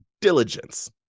diligence